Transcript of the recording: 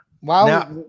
Wow